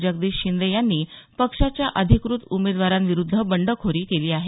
जगदीश शिंदे यांनी पक्षाच्या अधिकृत उमेदवारांविरूद्ध बंडखोरी केली आहे